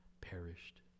perished